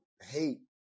hate